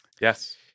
Yes